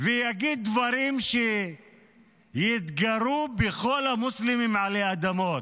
ויגיד דברים שיתגרו בכל המוסלמים עלי אדמות.